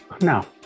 No